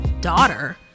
daughter